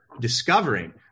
discovering